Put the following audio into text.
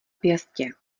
pěstě